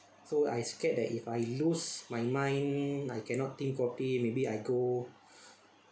so I scared that if I lose my mind I cannot think properly maybe I go